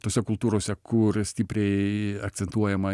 tose kultūrose kur stipriai akcentuojama